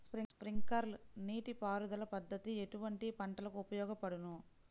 Sprinkler నీటిపారుదల పద్దతి ఎటువంటి పంటలకు ఉపయోగపడును?